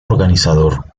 organizador